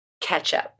ketchup